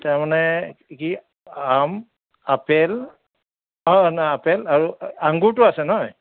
তাৰ মানে কি আম আপেল অঁ নাই আপেল আঙুৰটো আছে নহয়